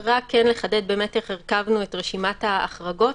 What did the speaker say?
רק נחדד איך הרכבנו את רשימת ההחרגות.